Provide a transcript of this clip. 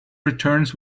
returns